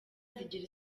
zigira